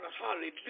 Hallelujah